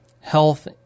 health